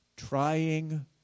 Trying